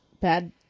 bad